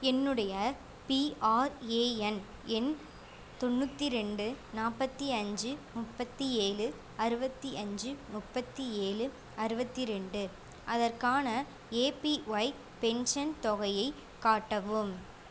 என்னுடைய பிஆர்ஏஎன் எண் தொண்ணூற்றி ரெண்டு நாற்பத்தி அஞ்சு முப்பத்தி ஏழு அறுபத்தி அஞ்சு முப்பத்தி ஏழு அறுபத்தி ரெண்டு அதற்கான ஏபிஒய் பென்ஷன் தொகையைக் காட்டவும்